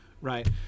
right